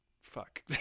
fuck